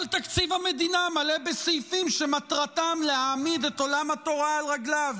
כל תקציב המדינה מלא בסעיפים שמטרתם להעמיד את עולם התורה על רגליו,